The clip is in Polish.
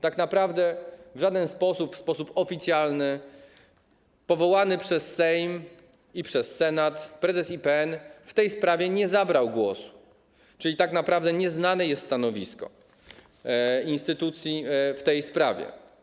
Tak naprawdę w żaden sposób, w sposób oficjalny powołany przez Sejm i przez Senat prezes IPN w tej sprawie nie zabrał głosu, czyli tak naprawdę nieznane jest stanowisko instytucji w tej sprawie.